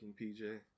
PJ